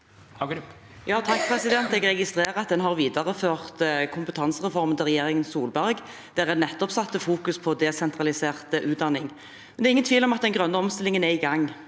(H) Jeg registrerer at en har videreført kompetansereformen til regjeringen Solberg, der en nettopp fokuserte på desentralisert utdanning. Det er ingen tvil om at den grønne omstillingen er i gang.